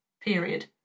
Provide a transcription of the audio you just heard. period